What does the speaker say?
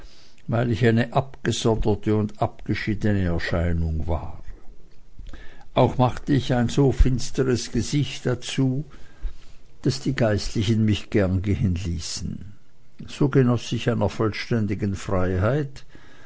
weil ich eine abgesonderte und abgeschiedene erscheinung war auch machte ich ein so finsteres gesicht dazu daß die geistlichen mich gern gehen ließen so genoß ich einer vollständigen freiheit